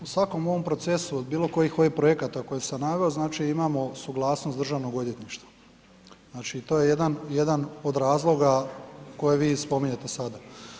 U svakom ovom procesu od bilo kojih ovih projekata koje sam naveo, znači imamo suglasnost državnog odvjetništva, znači, to je jedan, jedan od razloga koje vi spominjete sada.